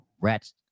rat's